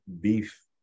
beef